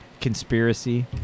conspiracy